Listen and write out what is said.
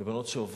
אלה בנות שעוברות